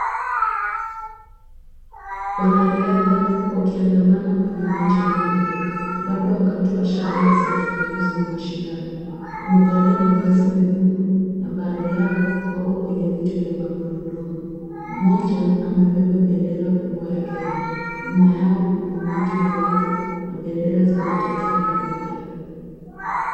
Wanariadha wakiandamana kwenye uwanja mkubwa labda wakati wa sherehe za ufunguzi wa mashindano. Wamevalia mavazi mekundu na baadhi yao wako kwenye viti vya magurudumu. Mmoja amebeba bendera kubwa ya Kenya. Nyuma yao kuna umati wa watu na bendera za mataifa mbali mbali.